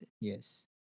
Yes